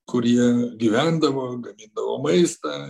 kur jie gyvendavo gamindavo maistą